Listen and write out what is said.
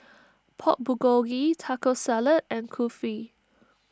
Pork Bulgogi Taco Salad and Kulfi